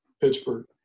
Pittsburgh